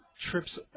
trips